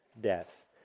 death